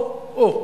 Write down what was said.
או או.